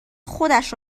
خودش